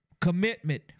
commitment